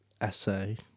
essay